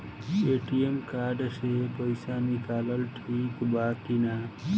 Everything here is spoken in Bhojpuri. ए.टी.एम कार्ड से पईसा निकालल ठीक बा की ना?